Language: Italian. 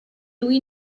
lui